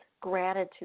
gratitude